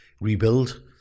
rebuild